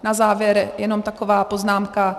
Na závěr jenom taková poznámka.